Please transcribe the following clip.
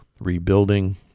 rebuilding